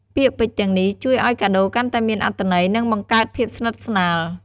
ពាក្យពេចន៍ទាំងនេះជួយឱ្យកាដូរកាន់តែមានអត្ថន័យ និងបង្កើតភាពស្និទ្ធស្នាល។